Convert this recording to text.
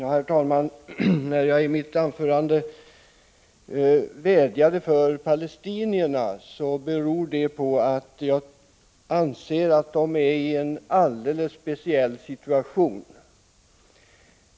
Herr talman! När jag i mitt anförande vädjade för palestinierna, berodde det på att jag anser att de är i en alldeles speciell situation.